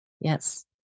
yes